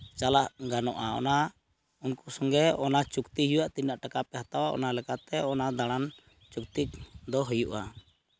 ᱪᱟᱞᱟᱜ ᱜᱟᱱᱚᱜᱼᱟ ᱚᱱᱟ ᱩᱱᱠᱩ ᱥᱚᱝᱜᱮ ᱚᱱᱟ ᱪᱩᱠᱛᱤ ᱦᱩᱭᱩᱜᱼᱟ ᱛᱤᱱᱟᱹᱜ ᱴᱟᱠᱟᱯᱮ ᱦᱟᱛᱟᱣᱟ ᱚᱱᱟ ᱞᱮᱠᱟᱛᱮ ᱚᱱᱟ ᱫᱟᱬᱟᱱ ᱪᱩᱠᱛᱤ ᱫᱚ ᱦᱩᱭᱩᱜᱼᱟ